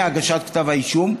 בהגשת כתב האישום,